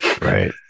Right